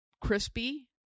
crispy